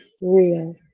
real